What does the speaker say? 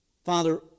Father